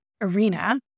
arena